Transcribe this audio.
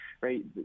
right